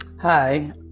Hi